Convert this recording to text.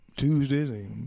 Tuesdays